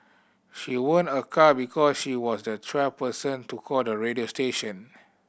she won a car because she was the twelfth person to call the radio station